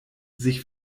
sich